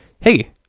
hey